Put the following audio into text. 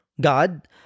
God